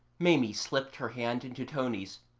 maimie slipped her hand into tony's,